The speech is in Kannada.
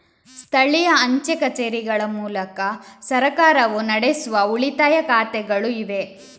ಸ್ಥಳೀಯ ಅಂಚೆ ಕಚೇರಿಗಳ ಮೂಲಕ ಸರ್ಕಾರವು ನಡೆಸುವ ಉಳಿತಾಯ ಖಾತೆಗಳು ಇವೆ